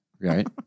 Right